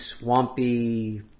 swampy